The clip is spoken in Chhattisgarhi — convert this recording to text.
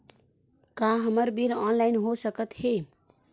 का हमर बिल ऑनलाइन हो सकत हे?